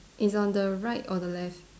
it's on the right or the left